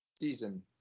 season